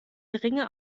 geringe